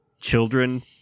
children